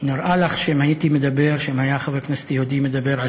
נראה לך שאם היה חבר כנסת יהודי מדבר על